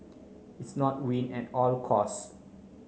it's not win at all cost